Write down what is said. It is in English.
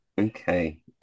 Okay